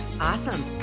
Awesome